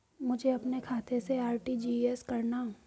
मुझे अपने खाते से आर.टी.जी.एस करना?